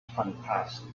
fantastic